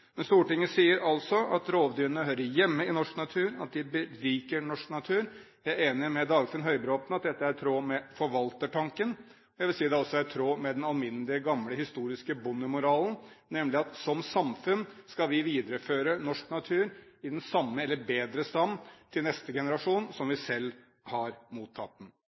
Men Stortinget sier altså at rovdyrene hører hjemme i norsk natur, og at de beriker norsk natur. Jeg er enig med Dagfinn Høybråten i at dette er i tråd med forvaltertanken. Jeg vil si at det også er i tråd med den alminnelige, gamle, historiske bondemoralen, nemlig at som samfunn skal vi videreføre norsk natur til neste generasjon i samme eller i bedre stand enn vi selv har mottatt den.